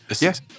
Yes